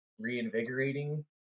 reinvigorating